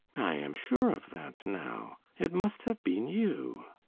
i am sure of that now. it must have been you.